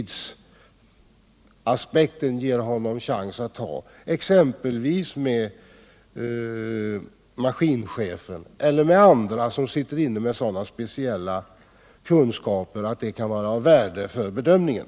Det kan gälla kontakter med maskinchefen eller andra som besitter sådana speciella kunskaper som kan vara av värde vid bedömningen.